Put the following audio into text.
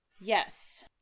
Yes